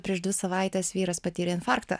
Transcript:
prieš dvi savaites vyras patyrė infarktą